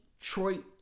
Detroit